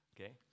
okay